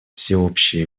всеобщее